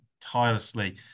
tirelessly